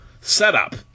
setup